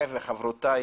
וחברות הכנסת